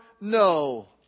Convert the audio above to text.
no